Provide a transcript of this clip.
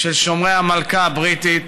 של שומרי המלכה הבריטית,